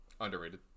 underrated